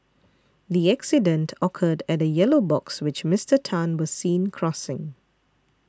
the accident occurred at a yellow box which Mister Tan was seen crossing